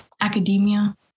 Academia